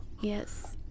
Yes